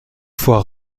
fois